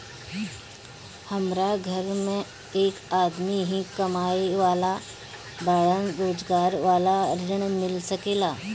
हमरा घर में एक आदमी ही कमाए वाला बाड़न रोजगार वाला ऋण मिल सके ला?